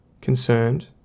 concerned